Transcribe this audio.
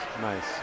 Nice